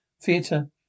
theatre